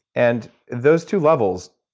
and those two levels,